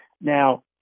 Now